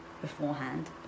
beforehand